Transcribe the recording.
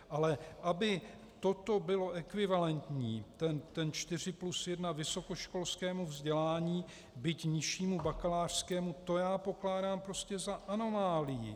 Ale aby toto bylo ekvivalentní, ten čtyři plus jedna, vysokoškolskému vzdělání, byť nižšímu bakalářskému, to já pokládám prostě za anomálii.